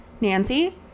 nancy